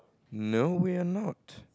no we are not